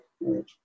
Right